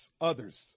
others